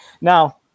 Now